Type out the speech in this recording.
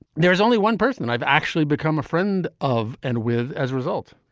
there's only one person i've actually become a friend of and with. as a result.